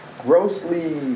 grossly